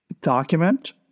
document